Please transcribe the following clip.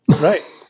right